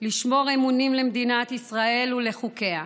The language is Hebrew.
לשמור אמונים למדינת ישראל ולחוקיה,